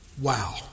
Wow